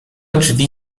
drzwi